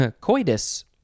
coitus